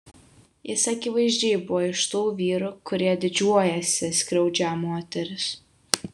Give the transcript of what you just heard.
jis akivaizdžiai buvo iš tų vyrų kurie didžiuojasi skriaudžią moteris